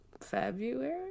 February